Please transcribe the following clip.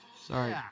Sorry